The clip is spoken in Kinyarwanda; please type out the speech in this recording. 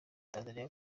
tanzania